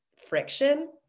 friction